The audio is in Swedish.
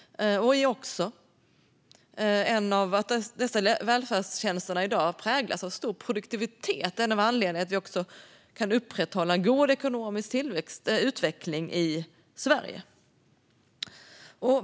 Att välfärdstjänsterna i dag präglas av stor produktivitet är också en av anledningarna till att vi kan upprätthålla en god ekonomisk tillväxt och utveckling i Sverige.